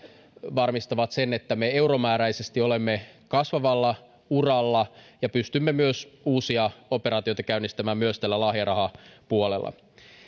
varmistavat sen että me euromääräisesti olemme kasvavalla uralla ja pystymme uusia operaatioita käynnistämään myös tällä lahjarahapuolella